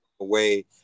away